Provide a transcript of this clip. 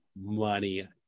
money